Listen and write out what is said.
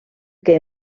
que